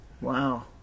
Wow